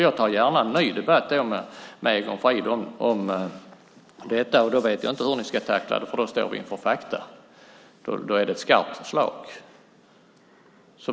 Jag tar gärna en ny debatt med Egon Frid om detta. Då vet jag inte hur ni ska tackla det, för då står vi inför fakta. Då är det ett skarpt förslag.